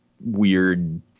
weird